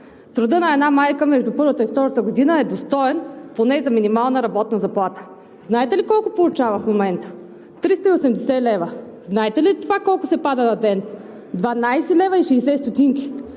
Трудът на една майка между първата и втората година е достоен поне за минимална работна заплата. Знаете ли колко получава в момента? Триста и осемдесет лева! Знаете ли това колко се пада на ден? Дванадесет